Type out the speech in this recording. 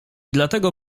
dlatego